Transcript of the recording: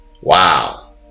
wow